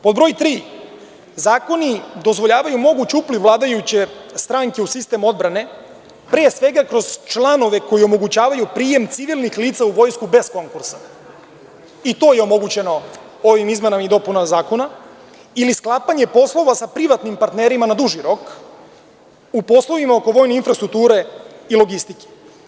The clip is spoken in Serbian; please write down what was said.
Pod broj tri, zakoni dozvoljavaju moguć upliv vladajuće stranke u sistem odbrane, pre svega, kroz članove koji omogućavaju prijem civilnih lica u vojsku bez konkursa, to je omogućeno ovim izmenama i dopunama zakona, ili sklapanje poslova sa privatnim partnerima na duži rok u poslovima oko vojne infrastrukture i logistike.